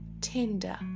tender